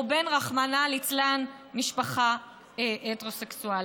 או רחמנא ליצלן משפחה הטרוסקסואלית.